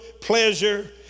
pleasure